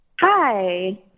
Hi